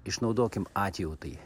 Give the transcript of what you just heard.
išnaudokim atjautai